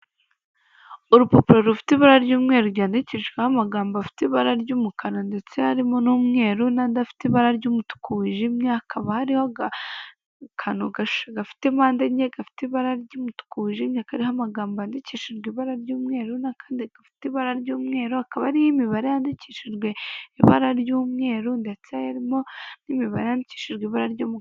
Urupapuro rufite ibura ry'umweru ryandikishijwe ho amagambo afite ibara ry'umukara ndetse harimo n'umweru n'adifite ibara ry'umutuku wijimye hakaba hariho agakano gafitepande enye gafite ibara ry'umutuku wijimye kariho amagambo yandikishijwe ibara ry'umweru n'akandi gafite ibara ry'umweru akaba ariyo imibare yandikishijwe ibara ry'umweru ndetse harimo n'imibare yandikishijwe iburara ry'umukara.